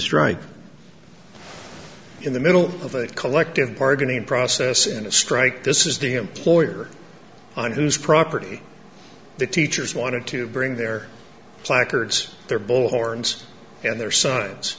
strike in the middle of a collective bargaining process and a strike this is the employer on whose property the teachers wanted to bring their placards their bullhorns and their s